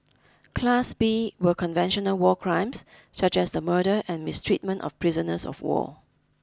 class B were conventional war crimes such as the murder and mistreatment of prisoners of war